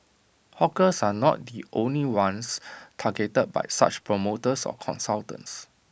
hawkers are not the only ones targeted by such promoters or consultants